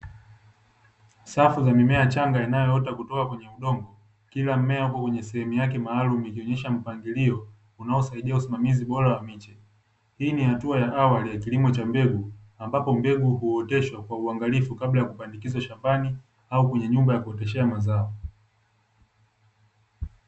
Safu za mimea changa inayoota kutoka kwenye udongo kila mmea upo kwenye sehemu yake maalumu, ikionesha mpangilio unaosaidia usimamizi bora wa miche. Hii ni hatua ya awali ya kilimo cha mbegu ambapo mbegu huoteshwa kwa uangalifu kabla ya kupandikizwa shambani, au kwenye nyumba ya kuoteshea mazao.